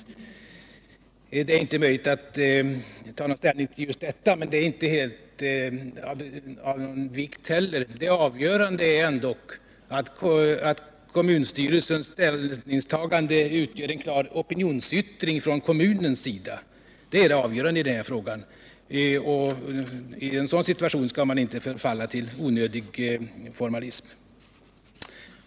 Det 6 december 1978 är inte möjligt att ta ställning till just detta, men det är inte av någon vikt heller. Det avgörande är ändå att kommunstyrelsens ställningstagande utgör Vissa markförvärv en klar opinionsyttring från kommunens sida. I en sådan situation skall man för armén, m. m inte förfalla till onödig formalism.